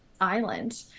Island